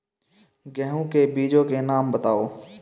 गेहूँ के बीजों के नाम बताओ?